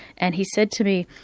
and he said to me,